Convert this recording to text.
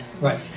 Right